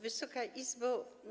Wysoka Izbo!